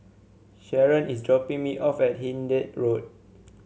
Sharron is dropping me off at Hindhede Road